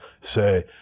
say